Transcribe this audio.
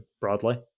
broadly